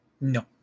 no